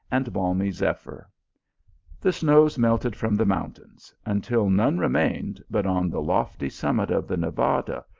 and balmy zephyr the snows melted from the mountains, until none remained, but on the lofty summit of the nevada,